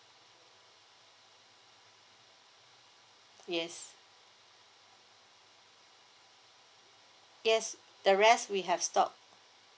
yes yes the rest we have stock